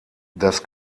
das